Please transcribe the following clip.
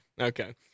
Okay